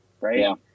right